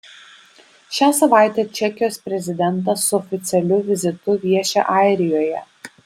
šią savaitę čekijos prezidentas su oficialiu vizitu vieši airijoje